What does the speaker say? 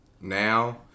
now